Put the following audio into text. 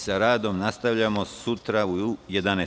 Sa radom nastavljamo sutra u 11.